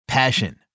Passion